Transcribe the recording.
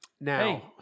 now